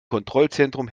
kontrollzentrum